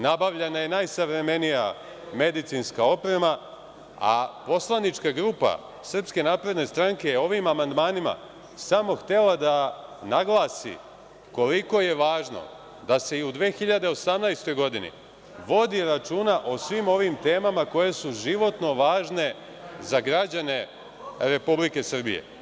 Nabavljena je najsavremenija medicinska oprema, a poslanička grupa SNS je ovim amandmanima samo htela da naglasi koliko je važno da se i u 2018. godini vodi računa o svim ovim temama koje su životno važne za građane Republike Srbije.